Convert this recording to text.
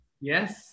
Yes